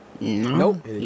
Nope